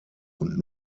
und